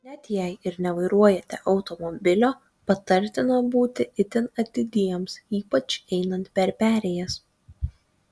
net jei ir nevairuojate automobilio patartina būti itin atidiems ypač einant per perėjas